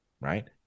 right